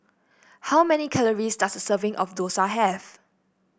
how many calories does a serving of dosa have